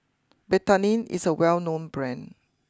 Betadine is a well known Brand